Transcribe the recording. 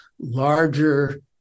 larger